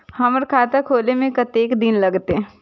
हमर खाता खोले में कतेक दिन लगते?